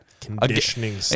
Conditioning